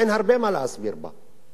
אין הרבה מה להסביר בה.